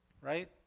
Right